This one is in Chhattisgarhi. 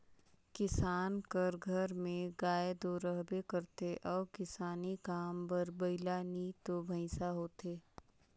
किसान कर घर में गाय दो रहबे करथे अउ किसानी काम बर बइला नी तो भंइसा होथे